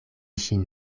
ŝin